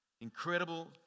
Incredible